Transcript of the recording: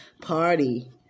party